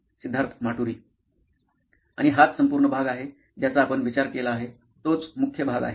सिद्धार्थ माटुरी मुख्य कार्यकारी अधिकारी नॉइन इलेक्ट्रॉनिक्स आणि हाच संपूर्ण भाग आहे ज्याचा आपण विचार केला आहे तोच मुख्य भाग आहे